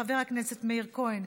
חבר הכנסת מאיר כהן,